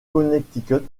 connecticut